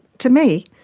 to me,